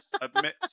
admit